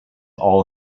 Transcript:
all